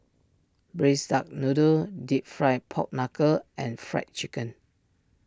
Braised Duck Noodle Deep Fried Pork Knuckle and Fried Chicken